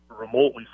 remotely